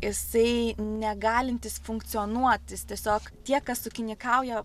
jisai negalintis funkcionuot jis tiesiog tie kas ūkininkauja